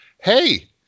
hey